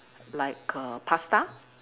like err pasta